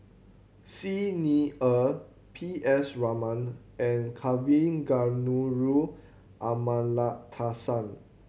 Xi Ni Er P S Raman and Kavignareru Amallathasan